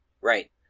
Right